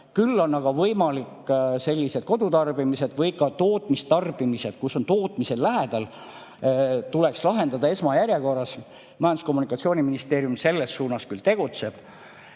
Küll on aga võimalik [liita] sellised kodutarbimised või ka tootmistarbimised, millel on tootmine lähedal. Need tuleks lahendada esmajärjekorras. Majandus- ja Kommunikatsiooniministeerium selles suunas tegutseb.